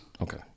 Okay